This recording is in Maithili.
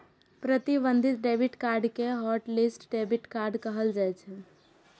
प्रतिबंधित डेबिट कार्ड कें हॉटलिस्ट डेबिट कार्ड कहल जाइ छै